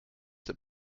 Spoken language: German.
der